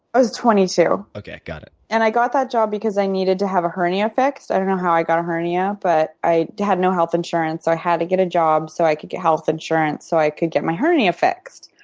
i was twenty two. okay, got it. and i got that job because i needed to have a hernia fixed. i don't know how i got a hernia but i had no health insurance so i had to get a job so i could get health insurance so i could get my hernia fixed.